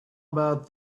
about